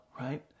right